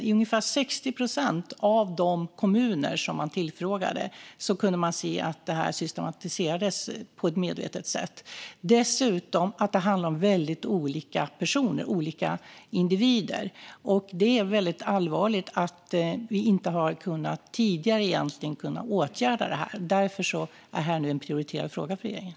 I ungefär 60 procent av de kommuner som man tillfrågade kunde man se att det här systematiserades på ett medvetet sätt och att det dessutom handlade om väldigt olika individer. Det är allvarligt att vi inte har kunnat åtgärda det här tidigare. Därför är det nu en prioriterad fråga för regeringen.